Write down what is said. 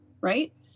right